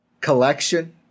Collection